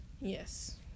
Yes